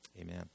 Amen